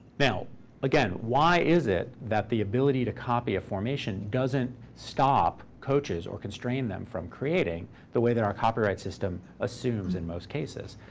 now again, why is it that the ability to copy a formation doesn't stop coaches or constrain them from creating the way that our copyright system assumes in most cases?